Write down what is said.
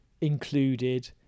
included